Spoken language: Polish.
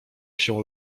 się